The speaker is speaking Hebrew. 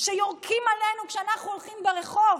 ויורקים עלינו כשאנחנו הולכים ברחוב?